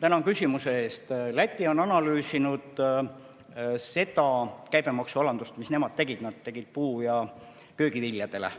Tänan küsimuse eest! Läti on analüüsinud seda käibemaksualandust, mille nemad tegid puu- ja köögiviljadele.